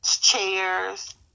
chairs